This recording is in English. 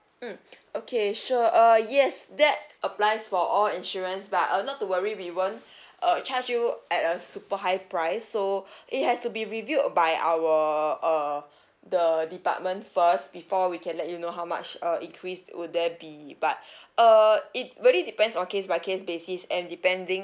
mm okay sure uh yes that applies for all insurance but uh not to worry we won't uh charge you at a super high price so it has to be reviewed by our uh the department first before we can let you know how much uh increase would there be but uh it really depends on case by case basis and depending